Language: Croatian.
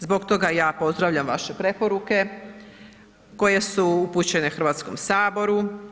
Zbog toga ja pozdravljam vaše preporuke koje su upućene Hrvatskom saboru.